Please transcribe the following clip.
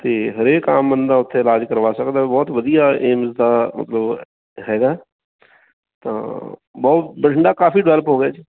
ਅਤੇ ਹਰੇਕ ਆਮ ਬੰਦਾ ਉੱਥੇ ਇਲਾਜ ਕਰਵਾ ਸਕਦਾ ਬਹੁਤ ਵਧੀਆ ਇਹ ਮਤਲਬ ਹੈਗਾ ਤਾਂ ਬਹੁਤ ਬਠਿੰਡਾ ਕਾਫੀ ਡਿਵੈਲਪ ਹੋ ਗਿਆ ਜੀ